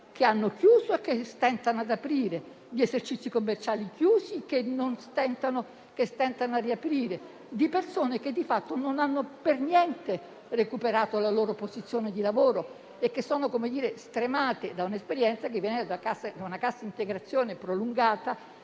grazie a tutti